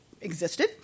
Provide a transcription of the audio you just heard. Existed